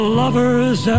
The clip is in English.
lovers